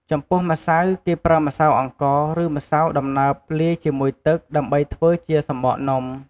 ចំពោះម្សៅ គេប្រើម្សៅអង្ករ ឬម្សៅដំណើបលាយជាមួយទឹក ដើម្បីធ្វើជាសំបកនំ។